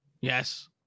yes